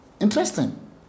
Interesting